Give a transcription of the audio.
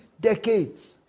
decades